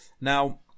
Now